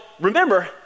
remember